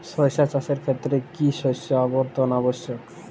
সরিষা চাষের ক্ষেত্রে কি শস্য আবর্তন আবশ্যক?